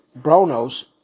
Bronos